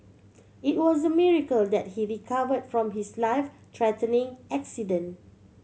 it was a miracle that he recovered from his life threatening accident